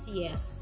yes